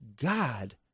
God